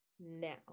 now